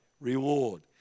reward